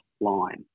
line